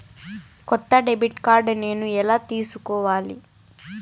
కొత్త debit card నేను ఎలా తీసుకోవాలి?